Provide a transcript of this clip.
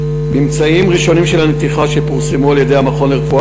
מממצאים ראשונים של הנתיחה שפורסמו על-ידי המכון לרפואה